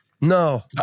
No